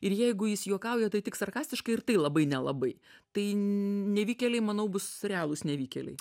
ir jeigu jis juokauja tai tik sarkastiškai ir tai labai nelabai tai nevykėliai manau bus realūs nevykėliai